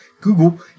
Google